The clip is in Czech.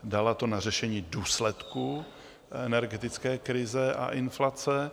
Dala to na řešení důsledků energetické krize a inflace.